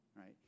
right